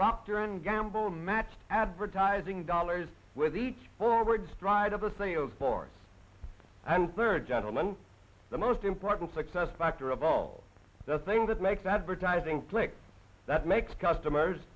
procter and gamble matched advertising dollars with each forward stride of a sales force and third gentleman the most improbable successful actor of all the thing that makes advertising click that makes customers